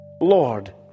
Lord